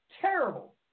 terrible